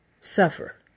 suffer